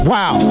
Wow